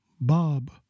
Bob